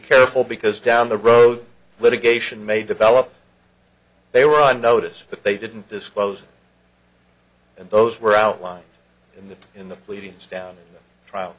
careful because down the road litigation may develop they were on notice that they didn't disclose and those were outlined in the in the pleadings down trial